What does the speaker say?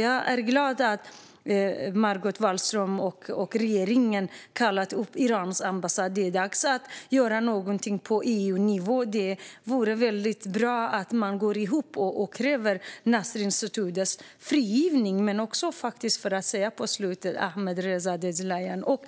Jag är glad att Margot Wallström och regeringen har kallat upp Irans ambassadör. Det är dags att göra någonting på EU-nivå. Det vore väldigt bra om man kunde gå ihop och kräva frigivning av Nasrin Sotoudeh men också av Ahmadreza Djalali och